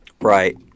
Right